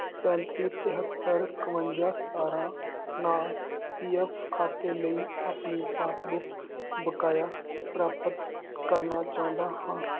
ਸੈਂਤੀ ਤੇਹੱਤਰ ਇਕਵੰਜਾ ਸਤਾਰਾਂ ਨਾਲ ਪੀ ਐੱਫ ਖਾਤੇ ਲਈ ਆਪਣੀ ਪਾਸਬੁੱਕ ਬਕਾਇਆ ਪ੍ਰਾਪਤ ਕਰਨਾ ਚਾਹੁੰਦਾ ਹਾਂ